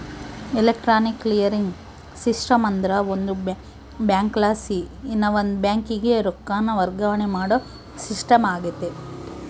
electronic clearing system ಅಂದ್ರ ಒಂದು ಬ್ಯಾಂಕಲಾಸಿ ಇನವಂದ್ ಬ್ಯಾಂಕಿಗೆ ರೊಕ್ಕಾನ ವರ್ಗಾವಣೆ ಮಾಡೋ ಸಿಸ್ಟಮ್ ಆಗೆತೆ